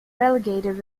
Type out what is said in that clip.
relegated